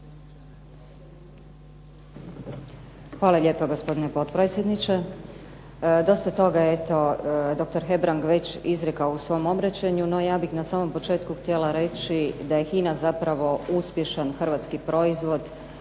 Hvala lijepo gospodine potpredsjedniče.